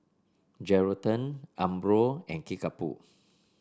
Geraldton Umbro and Kickapoo